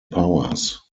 powers